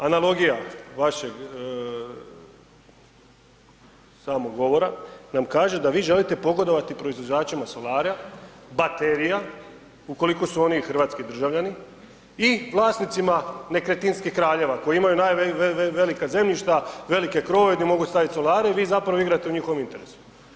Analogija vašeg samog govora nam kaže da vi želite pogodovati proizvođačima solara, baterija ukoliko su oni hrvatski državljani i vlasnicima nekretninskih kraljeva koji imaju velika zemljišta, velike krovove di mogu stavit solare i vi zapravo igrate u njihovom interesu.